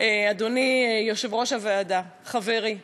אדוני יושב-ראש הוועדה, חברי קיש,